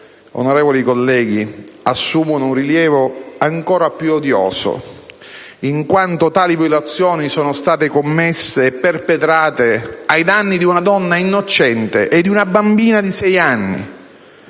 onorevoli colleghi, assumono un rilievo ancora più odioso, in quanto tali violazioni sono state commesse e perpetrate ai danni di una donna innocente e di una bambina di sei anni.